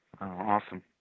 Awesome